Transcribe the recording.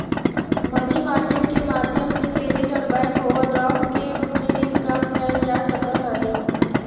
money market के माध्यम से क्रेडिट और बैंक ओवरड्राफ्ट के रूप में ऋण प्राप्त कैल जा सकऽ हई